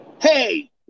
hey